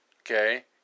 Okay